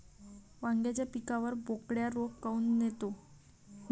वांग्याच्या पिकावर बोकड्या रोग काऊन येतो?